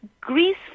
Greece